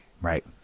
right